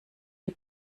die